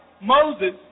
Moses